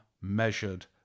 measured